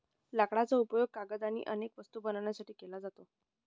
लाकडाचा उपयोग कागद आणि अनेक वस्तू बनवण्यासाठी केला जातो